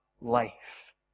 life